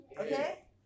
Okay